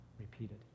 repeated